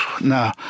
no